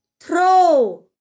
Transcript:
throw